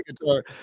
guitar